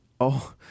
Oh